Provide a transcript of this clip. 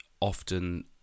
often